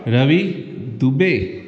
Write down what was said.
Ravi Dubey